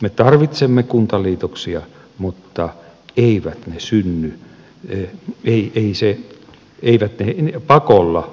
me tarvitsemme kuntaliitoksia mutta pakolla